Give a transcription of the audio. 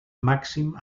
màxim